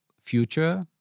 future